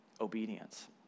obedience